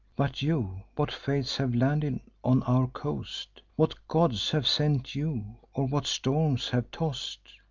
but you, what fates have landed on our coast? what gods have sent you, or what storms have toss'd?